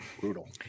Brutal